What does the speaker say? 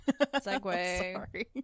Segue